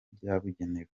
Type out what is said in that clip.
byabugenewe